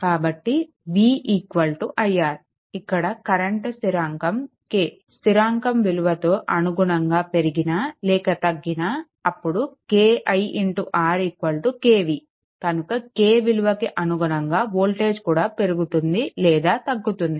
కాబట్టి v iR ఇక్కడ current స్థిరాంకం k స్థిరాంకం విలువతో అనుగుణంగా పెరిగినా లేక తగ్గినా అప్పుడు ki R kv కనుక k విలువకి అనుగుణంగా వోల్టేజ్ కూడా పెరుగుతుంది లేదా తగ్గుతుంది